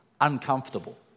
uncomfortable